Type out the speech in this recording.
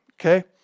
Okay